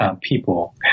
people